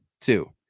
two